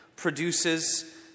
produces